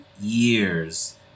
years